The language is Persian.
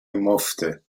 مفته